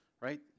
right